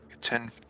ten